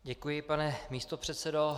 Děkuji, pane místopředsedo.